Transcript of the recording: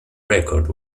record